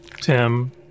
Tim